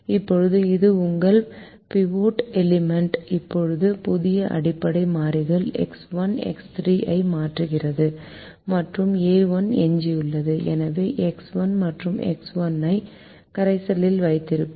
இப்போது இது உங்கள் பிவோட் எலிமெண்ட் இப்போது புதிய அடிப்படை மாறிகள் எக்ஸ் 1 எக்ஸ் 3 ஐ மாற்றுகிறது மற்றும் ஏ 1 எஞ்சியுள்ளது எனவே எக்ஸ் 1 மற்றும் ஏ 1 ஐ கரைசலில் வைத்திருப்போம்